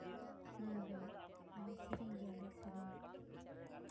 ᱢᱚᱱ ᱨᱮᱜᱮ ᱢᱟᱱᱮ ᱥᱮᱨᱮᱧ ᱜᱮᱭᱟᱞᱮ ᱥᱮᱨᱮᱧ ᱫᱚ